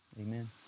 Amen